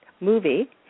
movie